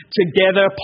together